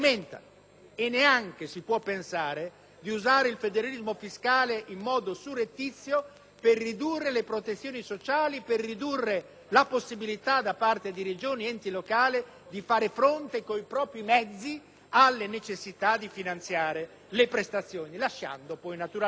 E neanche si può pensare di usare il federalismo fiscale in modo surrettizio per ridurre le protezioni sociali, per ridurre la possibilità da parte di Regioni ed enti locali di far fronte con i propri mezzi alla necessità di finanziare le prestazioni, mentre è giusto lasciare, naturalmente,